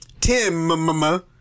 Tim